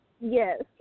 Yes